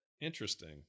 interesting